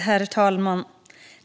Herr talman!